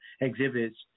exhibits